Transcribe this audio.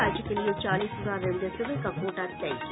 राज्य के लिए चालीस हजार रेमडेसिविर का कोटा तय किया